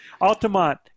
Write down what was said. Altamont